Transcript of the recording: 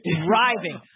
driving